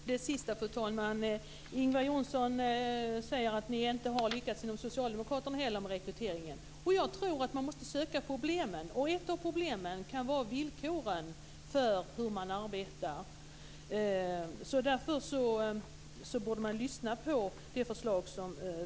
Fru talman! Låt mig börja med det sista. Ingvar Johnsson säger att man inte heller inom Socialdemokraterna har lyckats med rekryteringen. Jag tror att man måste söka problemen, och ett av dessa kan vara villkoren för arbetet. Därför borde man lyssna på vårt förslag.